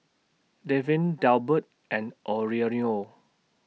Dafne Delbert and Aurelio